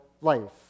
life